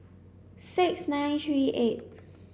six nine three eight